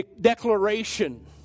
declaration